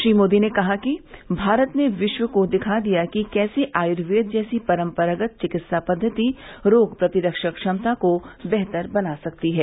श्री मोदी ने कहा कि भारत ने विश्व को दिखा दिया है कि कैसे आयुर्वेद जैसी परम्परागत चिकित्सा पद्वति रोग प्रतिरक्षण क्षमता को बेहतर बना सकती है